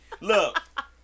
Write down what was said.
Look